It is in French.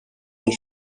une